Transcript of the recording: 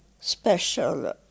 special